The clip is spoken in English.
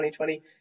2020